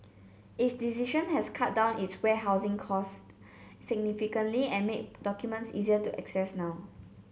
its decision has cut down its warehousing cost significantly and made documents easier to access now